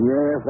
Yes